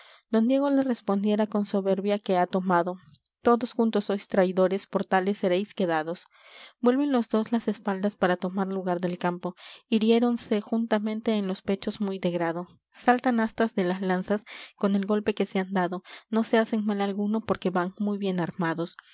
don diego le respondiera con soberbia que ha tomado todos juntos sois traidores por tales seréis quedados vuelven los dos las espaldas por tomar lugar del campo hiriéronse juntamente en los pechos muy de grado saltan astas de las lanzas con el golpe que se han dado no se hacen mal alguno porque van muy bien armados